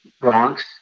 Bronx